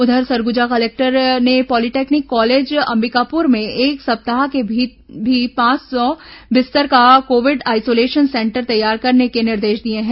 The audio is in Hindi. उधर सरगुजा कलेक्टर ने पॉलिटेक्निक कॉलेज अंबिकापुर में एक सप्ताह के भीतर पांच सौ बिस्तर का कोविड आइसोलेशन सेंटर तैयार करने के निर्देश दिए हैं